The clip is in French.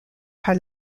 par